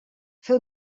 fer